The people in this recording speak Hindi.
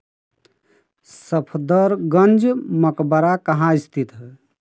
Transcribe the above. सफदरगंज मकबरा कहाँ स्थित है